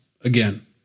again